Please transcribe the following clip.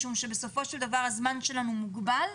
בסופו של דבר הזמן שלנו מוגבל.